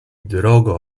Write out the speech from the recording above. drogo